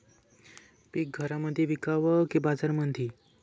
पीक घरामंदी विकावं की बाजारामंदी?